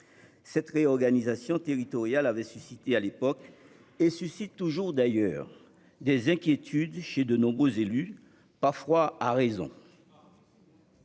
Cette réorganisation territoriale avait suscité à l'époque, et suscite toujours, des inquiétudes chez de nombreux élus, parfois à raison.